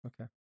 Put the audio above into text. Okay